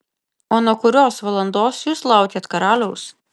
o nuo kurios valandos jūs laukėt karaliaus